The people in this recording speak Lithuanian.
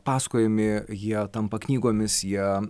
pasakojami jie tampa knygomis jie